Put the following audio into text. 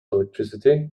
electricity